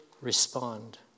respond